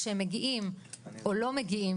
כשהם מגיעים או לא מגיעים,